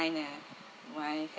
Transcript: kind of why